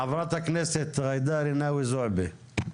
חברת הכנסת ג'ידא רינאוי זועבי.